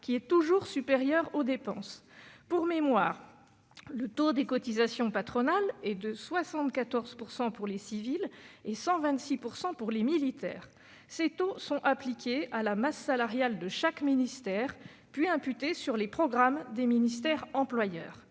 qui est toujours supérieure aux dépenses. Pour mémoire, le taux des cotisations patronales est de 74 % pour les civils et de 126 % pour les militaires. Ces taux sont appliqués à la masse salariale de chaque ministère, puis imputés sur les programmes des ministères employeurs.